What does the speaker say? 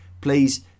please